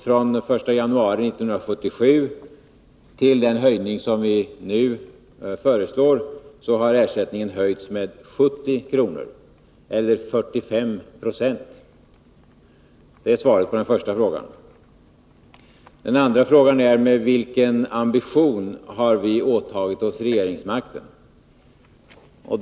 Från den 1 januari 1977 till den höjning som vi nu föreslår har ersättningen höjts med 70 kr., eller 45 Jo. Det är svaret på den första frågan. Den andra frågan är: Med vilken ambition har vi åtagit oss regeringsmakten?